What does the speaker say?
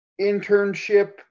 internship